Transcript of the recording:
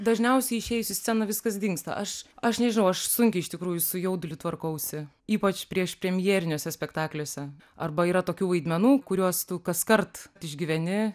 dažniausiai išėjus į sceną viskas dingsta aš aš nežinau aš sunkiai iš tikrųjų su jauduliu tvarkausi ypač prieš premjeriniuose spektakliuose arba yra tokių vaidmenų kuriuos tu kaskart išgyveni